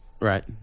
Right